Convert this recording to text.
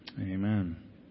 Amen